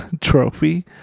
trophy